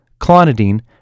clonidine